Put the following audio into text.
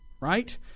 right